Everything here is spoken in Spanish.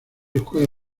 escuela